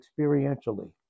experientially